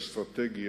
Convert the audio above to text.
האסטרטגי,